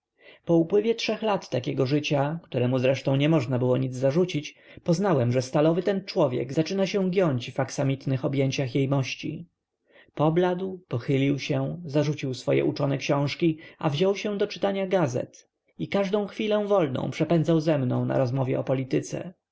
po upływie trzech lat takiego życia któremu zresztą nie można było nic zarzucić poznałem że stalowy ten człowiek zaczyna się giąć w aksamitnych objęciach jejmości pobladł pochylił się zarzucił swoje uczone książki a wziął się do czytania gazet i każdą chwilę wolną przepędzał ze mną na rozmowie o polityce